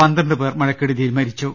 പന്ത്രണ്ടുപേർ മഴക്കെടുതിയിൽ മരിച്ചു